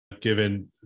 given